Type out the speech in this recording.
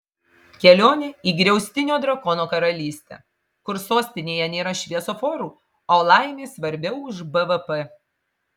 kelionė į griaustinio drakono karalystę kur sostinėje nėra šviesoforų o laimė svarbiau už bvp